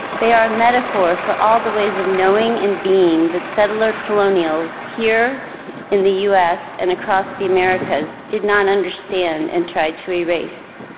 they are metaphor for all the ways of knowing and being that settler colonial is here in the us and across the americas did not understand and try to erase.